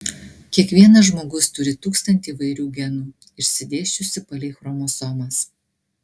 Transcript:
kiekvienas žmogus turi tūkstantį įvairių genų išsidėsčiusių palei chromosomas